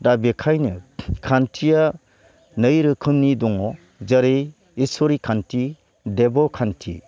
दा बेखायनो खान्थिया नै रोखोमनि दङ जेरै इस्वरि खान्थि देब' खान्थि